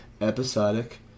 episodic